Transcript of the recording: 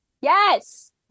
yes